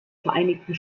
vereinigten